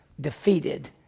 defeated